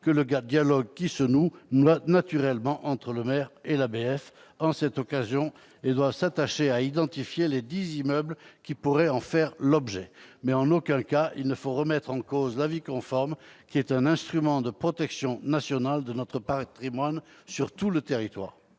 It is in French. que le dialogue se noue naturellement entre le maire et l'ABF, occasion d'identifier lesdits immeubles qui pourraient en faire l'objet. En aucun cas il ne faut remettre en cause l'avis conforme, qui est un instrument de protection nationale de notre patrimoine sur tout le territoire.